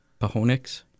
Pahonix